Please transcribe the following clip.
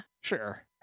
Sure